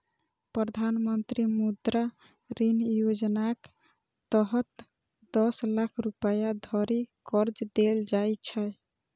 प्रधानमंत्री मुद्रा ऋण योजनाक तहत दस लाख रुपैया धरि कर्ज देल जाइ छै